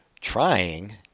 Trying